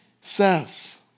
says